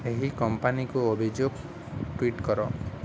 ଏହି କମ୍ପାନୀକୁ ଅଭିଯୋଗ ଟୁଇଟ୍ କର